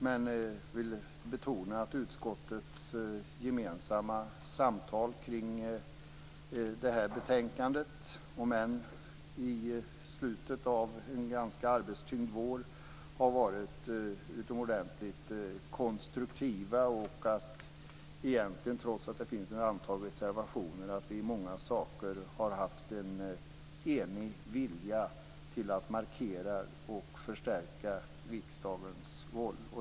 Men jag vill betona att utskottets gemensamma samtal kring detta betänkande, om än i slutet av en ganska arbetstyngd vår, har varit utomordentligt konstruktiva. Trots att det finns ett antal reservationer har vi i många frågor haft en enig vilja att markera och förstärka riksdagens roll.